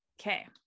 okay